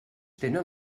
tenen